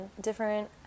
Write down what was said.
different